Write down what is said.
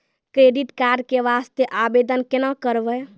Credit card के वास्ते आवेदन केना करबै?